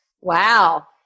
Wow